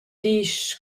disch